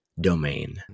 domain